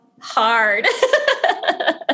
hard